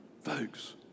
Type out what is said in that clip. Folks